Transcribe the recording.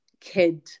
kid